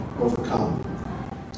overcome